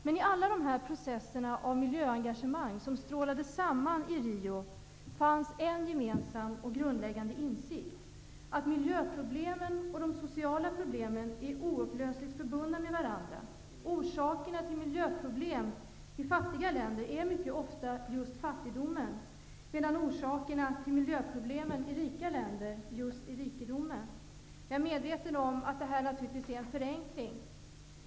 Men i alla de processer av miljöengagemang som strålade samman i Rio fanns det en gemensam och grundläggande insikt: miljöproblemen och de sociala problemen är oupplösligt förbundna med varandra. Orsaken till miljöproblemen i fattiga länder är mycket ofta just fattigdomen, medan orsaken till miljöproblemen i rika länder är just rikedomen. Jag är naturligtvis medveten om att detta är en förenkling.